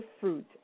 fruit